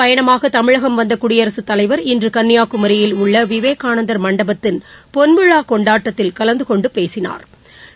பயணமாகதமிழகம் இரண்டுநாள் வந்தகுடியரசுத் தலைவர் இன்றுகன்னியாகுமரியில் உள்ளவிவேகதனந்தா் மண்டபத்தின் பொன்விழாகொண்டாட்டத்தில் கலந்தகொண்டுபேசினாா்